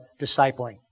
discipling